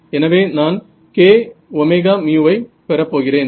எனவே நான் kωμ ஐ பெறப் போகிறேன்